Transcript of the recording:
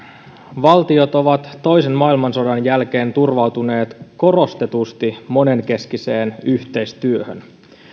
valtiot ovat toisen maailmansodan jälkeen turvautuneet korostetusti monenkeskiseen yhteistyöhön